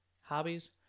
hobbies